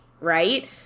right